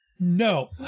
No